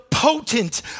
Potent